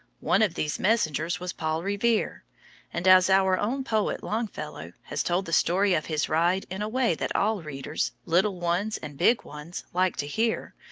one of these messengers was paul revere and as our own poet longfellow has told the story of his ride in a way that all readers, little ones and big ones, like to hear,